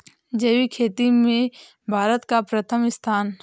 जैविक खेती में भारत का प्रथम स्थान